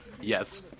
yes